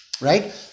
Right